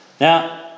now